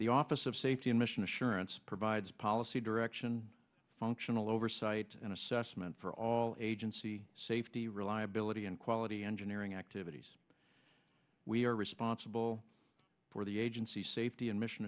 office of safety and mission assurance provides policy direction functional oversight and assessment for all agency safety reliability and quality engineering activities we are responsible for the agency safety and mission